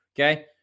okay